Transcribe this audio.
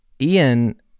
Ian